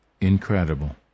Incredible